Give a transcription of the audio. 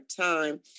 time